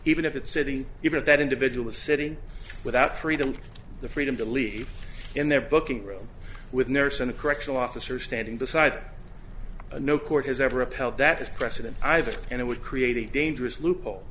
even if it's city even if that individual sitting without freedom the freedom to leave in their booking room with a nurse and a correctional officer standing beside a no court has ever upheld that is precedent either and it would create a dangerous loophole